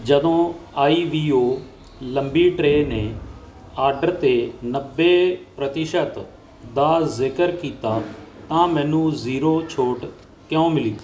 ਜਦੋਂ ਆਈਵੀਓ ਲੰਬੀ ਟਰੇ ਨੇ ਆਡਰ 'ਤੇ ਨੱਬੇ ਪ੍ਰਤੀਸ਼ਤ ਦਾ ਜ਼ਿਕਰ ਕੀਤਾ ਤਾਂ ਮੈਨੂੰ ਜ਼ੀਰੋ ਛੋਟ ਕਿਉਂ ਮਿਲੀ